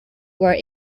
were